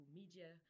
media